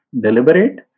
deliberate